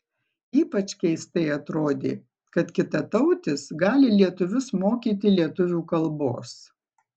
ypač keistai atrodė kad kitatautis gali lietuvius mokyti lietuvių kalbos